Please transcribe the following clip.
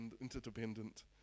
interdependent